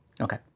Okay